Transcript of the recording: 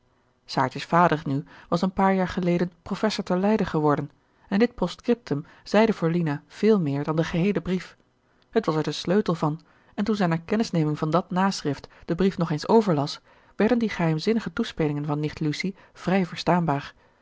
saartjes vader nu was een paar jaar geleden professor te leiden geworden en dit postscriptum zeide voor lina veel meer dan de geheele brief het was er de sleutel van en toen zij na kennisneming van dat naschrift den brief nog eens overlas werden die geheimzinnige toespelingen van nicht lucie vrij verstaanbaar